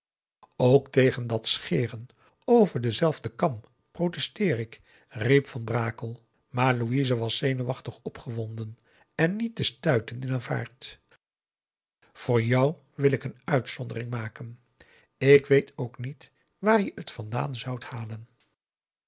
ook tegen dàt scheren over denzelfden kam protesteer ik riep van brakel maar louise was zenuwachtig opgewonden en niet te stuiten in haar vaart voor jou wil ik n uitzondering maken ik weet ook niet waar je t vandaan zoudt halen